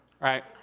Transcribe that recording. right